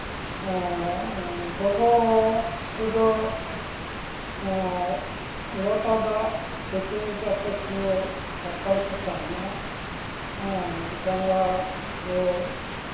ᱜᱚᱜᱚ ᱠᱚᱫᱚ ᱞᱚᱴᱟ ᱫᱟᱜ ᱥᱮᱯᱮᱧ ᱠᱟᱛᱮ ᱠᱚ ᱪᱷᱟᱴᱠᱟ ᱨᱮᱠᱚ ᱛᱟᱦᱮᱱᱟ ᱦᱮᱸ ᱡᱟᱸᱜᱟ ᱠᱚ